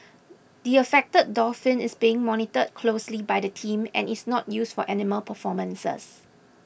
the affected dolphin is being monitored closely by the team and is not used for animal performances